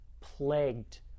plagued